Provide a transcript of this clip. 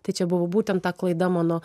tai čia buvo būtent ta klaida mano